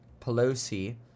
Pelosi